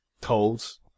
told